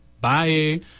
bye